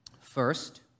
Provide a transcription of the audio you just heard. First